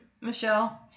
Michelle